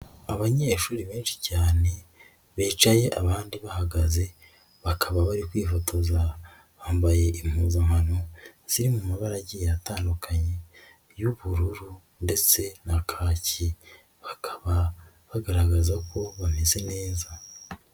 Abanyeshuri benshi cyane bicaye abandi bahagaze, bakaba bari kwifotoza bambaye impuzankano, ziri mu mabara agiye atandukanye y'ubururu ndetse na kaki bakaba bagaragaza ko bameze neza.